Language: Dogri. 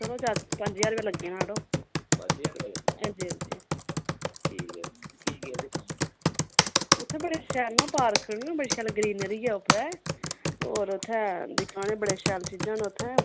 चलो चार पंज ज्हार रपया लग्गी जाना ओड़ो पंज ज्हार रपया लग्गना हंजी हंजी ठीक ऐ उत्थै केह् केह् है दिक्खने लेई उत्थे बडे़ शैल ना पार्क ना बडे़ शैल ग्रीन हरियाली ऐ औऱ उत्थै दिखने आहले बडे शैल चीजां ना उत्थै